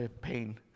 pain